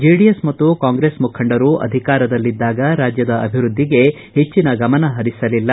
JDS ಮತ್ತು Congress ಮುಖಂಡರು ಅಧಿಕಾರದಲ್ಲಿದ್ದಾಗ ರಾಜ್ಯದ ಅಭಿವೃದ್ದಿಗೆ ಹೆಚ್ಚನ ಗಮನ ಹರಿಸಲಿಲ್ಲ